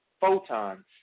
photons